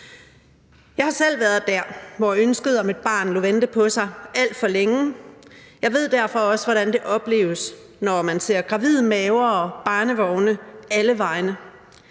Jeg har selv været der, hvor ønsket om et barn lod vente på sig alt for længe. Jeg ved derfor også, hvordan det opleves, når man ser gravide maver og barnevogne alle vegne.